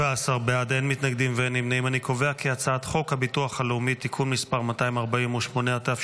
חוק הביטוח הלאומי (תיקון מס' 248),